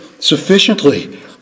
sufficiently